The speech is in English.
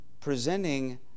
presenting